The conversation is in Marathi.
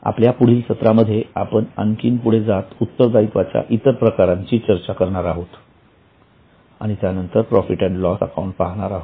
आपल्या पुढील सत्रामध्ये आपण आणखी पुढे जात उत्तरदायित्वाच्या इतर प्रकारची चर्चा करणार आहोत आणि त्यानंतर प्रॉफिट अँड लॉस अकाउंट पाहणार आहोत